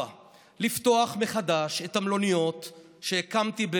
4. לפתוח מחדש את המלוניות שהקמתי,